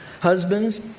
Husbands